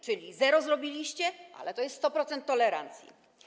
Czyli zero zrobiliście, ale to jest 100% tolerancji.